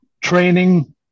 training